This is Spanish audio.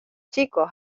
chicos